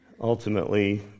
ultimately